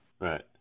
Right